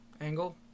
angle